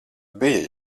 bija